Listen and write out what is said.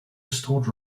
restored